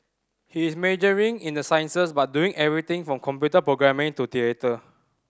he is majoring in the sciences but doing everything from computer programming to theatre